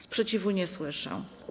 Sprzeciwu nie słyszę.